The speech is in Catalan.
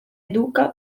educa